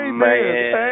man